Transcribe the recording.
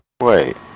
Wait